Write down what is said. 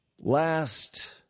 Last